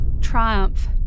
Triumph